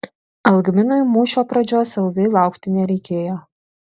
algminui mūšio pradžios ilgai laukti nereikėjo